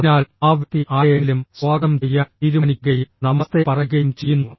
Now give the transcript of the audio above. അതിനാൽ ആ വ്യക്തി ആരെയെങ്കിലും സ്വാഗതം ചെയ്യാൻ തീരുമാനിക്കുകയും നമസ്തേ പറയുകയും ചെയ്യുന്നു